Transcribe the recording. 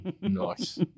Nice